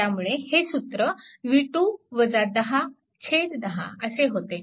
त्यामुळे हे सूत्र 10 असे होते